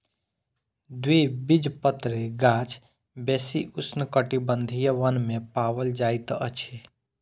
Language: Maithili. द्विबीजपत्री गाछ बेसी उष्णकटिबंधीय वन में पाओल जाइत अछि